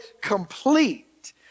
complete